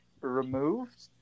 removed